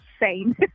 insane